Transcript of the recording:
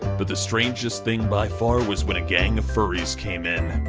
but the strangest thing by far was when a gang of furries came in.